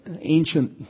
ancient